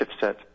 chipset